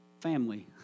family